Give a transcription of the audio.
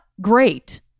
great